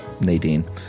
Nadine